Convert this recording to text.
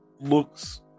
looks